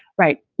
right.